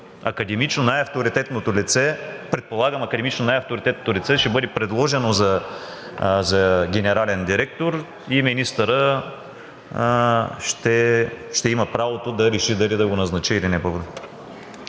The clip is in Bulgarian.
академично най-авторитетното лице ще бъде предложено за генерален директор и министърът ще има правото да реши дали да го назначи или не.